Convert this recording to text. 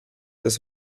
das